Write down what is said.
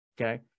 okay